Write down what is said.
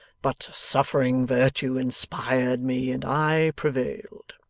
but suffering virtue inspired me, and i prevailed